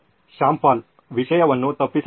ಶ್ಯಾಮ್ ಪಾಲ್ ವಿಷಯವನ್ನು ತಪ್ಪಿಸಲಾಗಿದೆ